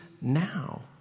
now